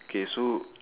okay so